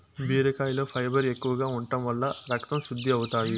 బీరకాయలో ఫైబర్ ఎక్కువగా ఉంటం వల్ల రకతం శుద్ది అవుతాది